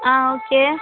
ஆ okay